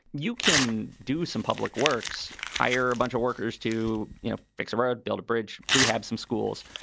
you can do some public works, hire a bunch of workers to you know fix a road, build a bridge, rehab some schools.